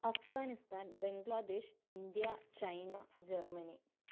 Afghanistan Bangladesh India China Germany